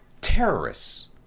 terrorists